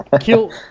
Kill